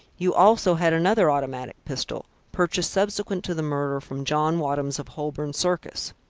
you also had another automatic pistol, purchased subsequent to the murder from john wadham's of holborn circus.